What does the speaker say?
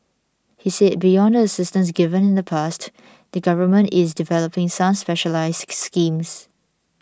he said beyond the assistance given in the past the Government is developing some specialised schemes